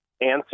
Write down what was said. answer